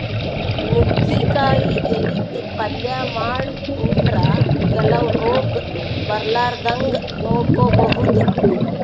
ನುಗ್ಗಿಕಾಯಿ ಎಲಿದ್ ಪಲ್ಯ ಮಾಡ್ ಉಂಡ್ರ ಕೆಲವ್ ರೋಗ್ ಬರಲಾರದಂಗ್ ನೋಡ್ಕೊಬಹುದ್